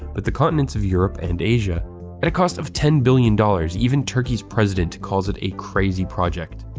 but the continents of europe and asia. at a cost of ten billion dollars, even turkey's president calls it a crazy project.